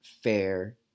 fair